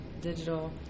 digital